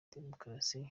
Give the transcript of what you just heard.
demokarasi